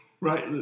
Right